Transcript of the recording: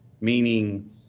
Meaning